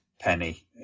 penny